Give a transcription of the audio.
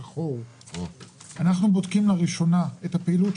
הציבור לשנת הכספים 2022. אני מקדם בברכה את מבקר המדינה,